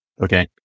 Okay